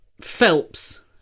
Phelps